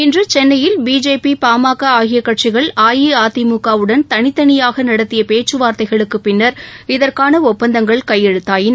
இன்று சென்னையில் பிஜேபி பாமக ஆகிய கட்சிகள் அஇஅதிமுகவுடன் தனித்தனியாக நடத்திய பேச்சுவார்த்தைகளுக்கு பின்னர் இதற்கான ஒப்பந்தங்கள் கையெழுத்தாகின